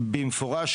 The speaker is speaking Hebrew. לעשות את זה, במפורש.